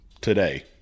today